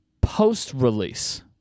post-release